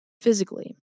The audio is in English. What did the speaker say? physically